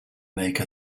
make